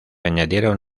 añadieron